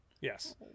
Yes